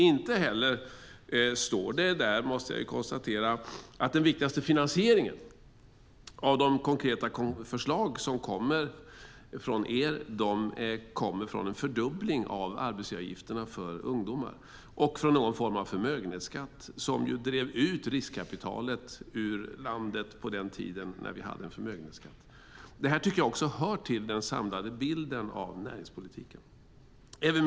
Inte heller står det att den viktigaste finansieringen av era konkreta förslag kommer från en fördubbling av arbetsgivaravgifterna för ungdomar och från någon form av förmögenhetsskatt som ju tidigare drev ut riskkapitalet ur landet. Detta hör också till den samlade bilden av näringspolitiken.